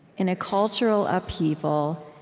in a cultural upheaval,